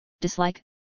dislike